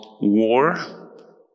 war